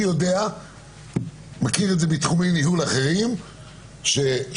אני יודע ומכיר מתחומי ניהול אחרים שאיך